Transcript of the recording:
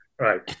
Right